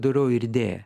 darau ir idėją